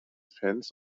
fans